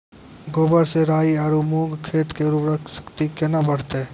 गोबर से राई आरु मूंग खेत के उर्वरा शक्ति केना बढते?